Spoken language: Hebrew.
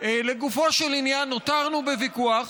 לגופו של עניין, נותרנו בוויכוח,